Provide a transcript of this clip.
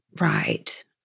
Right